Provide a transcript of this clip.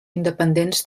independents